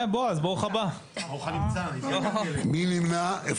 מי נמנע?